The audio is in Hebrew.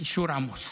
הקישור עמוס.